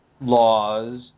laws